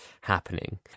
happening